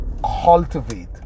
Cultivate